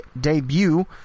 debut